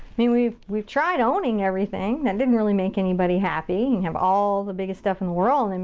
mean, we've we've tried owning everything. that didn't really make anybody happy. you have all the biggest stuff in the world, and